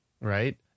right